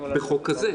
בחוק כזה,